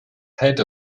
head